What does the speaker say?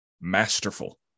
Masterful